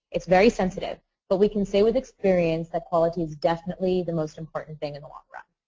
it's very sensitive but we can say with experience the quality is definitely the most important thing in the long run.